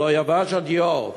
ולא יבש הדיו,